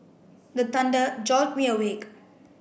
the thunder jolt me awake